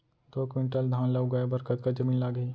दो क्विंटल धान ला उगाए बर कतका जमीन लागही?